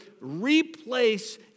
replace